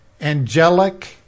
angelic